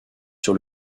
sur